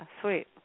sweet